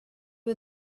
are